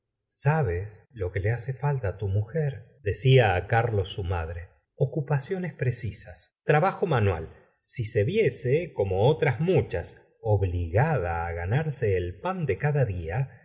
sabes lo que le hace falta tu mujer decia carlos su madre ocupaciones precisas trabajo manual si se viese como otras muchas obligada a ganarse el pan de cada día